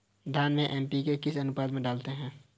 धान में एन.पी.के किस अनुपात में डालते हैं?